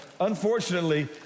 unfortunately